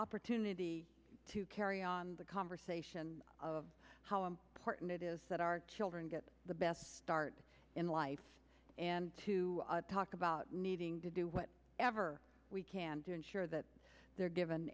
opportunity to carry on the conversation of how important it is that our children get the best start in life and to talk about needing to do what ever we can do ensure that they're given